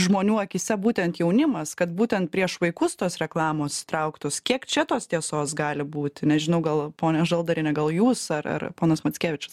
žmonių akyse būtent jaunimas kad būtent prieš vaikus tos reklamos trauktos kiek čia tos tiesos gali būti nežinau gal pone žaldariene gal jūs ar ar ponas mackevičius